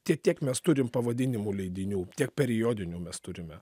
tiek tiek mes turime pavadinimų leidinių tiek periodinių mes turime